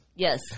Yes